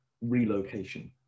relocation